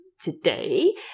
today